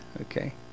okay